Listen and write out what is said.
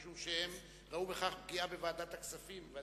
משום שהם ראו בכך פגיעה בוועדת הכספים.